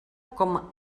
com